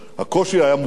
הקושי היה מובטח,